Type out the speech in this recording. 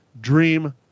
Dream